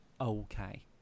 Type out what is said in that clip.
okay